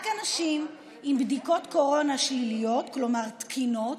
רק אנשים עם בדיקות קורונה שליליות, כלומר תקינות,